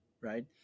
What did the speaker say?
Right